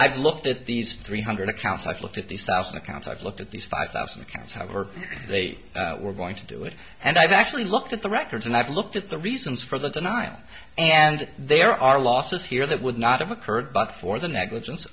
i've looked at these three hundred accounts i've looked at these thousand accounts i've looked at these five thousand accounts however they were going to do it and i've actually looked at the records and i've looked at the reasons for the nine and there are losses here that would not have occurred but for the negligence